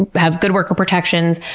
and have good worker protections,